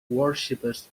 worshippers